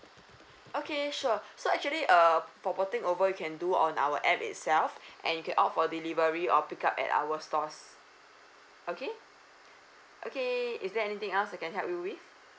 okay sure so actually uh for porting over you can do on our app itself and you can opt for delivery or pick up at our stores okay okay is there anything else I can help you with